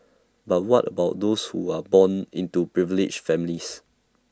but what about those who are born into privileged families